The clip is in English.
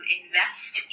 invest